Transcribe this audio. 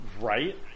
Right